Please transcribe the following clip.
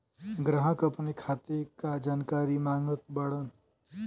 ग्राहक अपने खाते का जानकारी मागत बाणन?